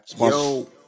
Yo